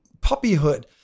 puppyhood